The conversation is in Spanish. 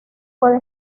puede